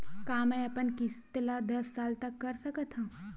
का मैं अपन किस्त ला दस साल तक कर सकत हव?